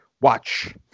watch